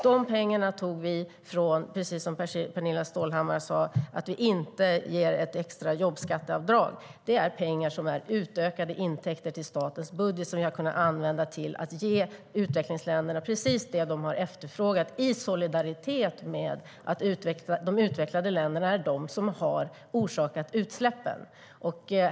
De pengarna tog vi, precis som Pernilla Stålhammar sa, från det extra jobbskatteavdraget, som vi inte ger. Dessa pengar är utökade intäkter till statens budget som vi har kunnat använda till att ge utvecklingsländerna precis det de har efterfrågat, i solidaritet med att de utvecklade länderna är de som har orsakat utsläppen.